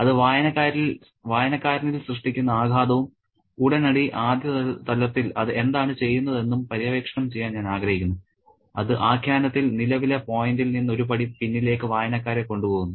അത് വായനക്കാരനിൽ സൃഷ്ടിക്കുന്ന ആഘാതവും ഉടനടി ആദ്യ തലത്തിൽ അത് എന്താണ് ചെയ്യുന്നത് എന്നും പര്യവേക്ഷണം ചെയ്യാൻ ഞാൻ ആഗ്രഹിക്കുന്നു അത് ആഖ്യാനത്തിൽ നിലവിലെ പോയിന്റിൽ നിന്ന് ഒരു പടി പിന്നിലേക്ക് വായനക്കാരെ കൊണ്ടുപോകുന്നു